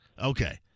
Okay